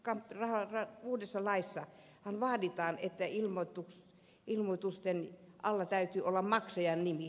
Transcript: tässä uudessa laissahan vaaditaan että ilmoituksen alla täytyy olla maksajan nimi